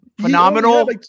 Phenomenal